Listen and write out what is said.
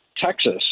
Texas